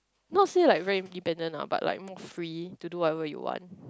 not say like very independent ah but like more free to do whatever you want